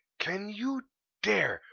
can you dare,